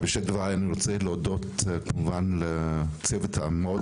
בראשית דבריי אני רוצה להודות כמובן לצוות המאוד